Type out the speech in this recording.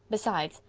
besides,